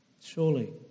Surely